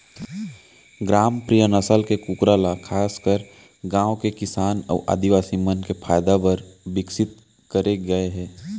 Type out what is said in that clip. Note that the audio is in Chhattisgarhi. ग्रामप्रिया नसल के कूकरा ल खासकर गांव के किसान अउ आदिवासी मन के फायदा बर विकसित करे गए हे